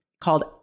called